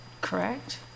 correct